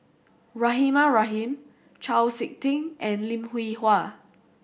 Rahimah Rahim Chau Sik Ting and Lim Hwee Hua